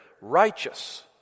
righteous